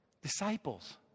Disciples